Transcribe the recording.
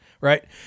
right